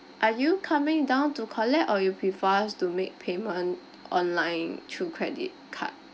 are you coming down to collect or you prefer us to make payment online through credit card